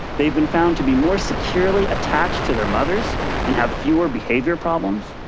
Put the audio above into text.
they've been found to be more securely attached to their mothers and have fewer behavior problems.